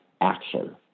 action